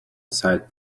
side